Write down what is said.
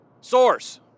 source